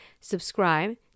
subscribe